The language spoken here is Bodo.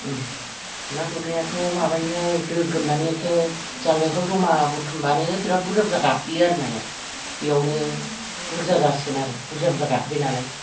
ना गुरनायाथ' माबायोहाय गोग्रोमनानै एखे जांगायफ्राव जमा बुथुमबानो बिराद बुरजा बुरजा गाखोयो आरो नाया बेयावनो बुरजा जासिगोन आरो बुरजा बुरजा गाखोबाय नालाय